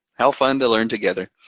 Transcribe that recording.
how fun to learn together.